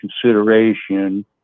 consideration